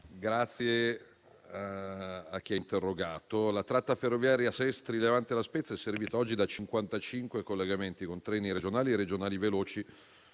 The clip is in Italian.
Presidente, oggi la tratta ferroviaria Sestri Levante-La Spezia è servita da 55 collegamenti con treni regionali e regionali veloci